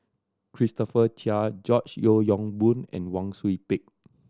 Christopher Chia George Yeo Yong Boon and Wang Sui Pick